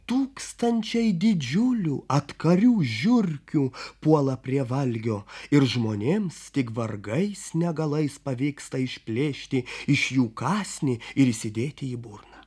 tūkstančiai didžiulių atkarių žiurkių puola prie valgio ir žmonėms tik vargais negalais pavyksta išplėšti iš jų kąsnį ir įsidėti į burną